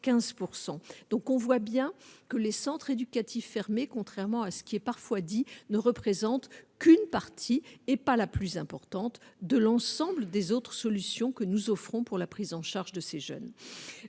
donc on voit bien que les centres éducatifs fermés, contrairement à ce qui est parfois dit ne représente qu'une partie et pas la plus importante de l'ensemble des autres solutions que nous offrons pour la prise en charge de ces jeunes,